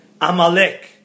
Amalek